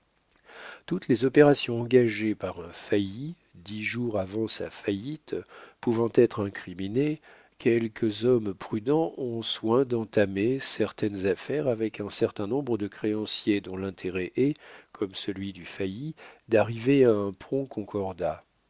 toutes les opérations engagées par un failli dix jours avant sa faillite pouvant être incriminées quelques hommes prudents ont soin d'entamer certaines affaires avec un certain nombre de créanciers dont l'intérêt est comme celui du failli d'arriver à un prompt concordat